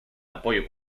apoyo